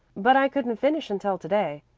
but i couldn't finish until to-day.